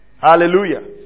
Hallelujah